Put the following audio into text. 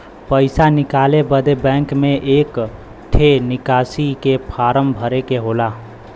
पइसा निकाले बदे बैंक मे एक ठे निकासी के फारम भरे के होला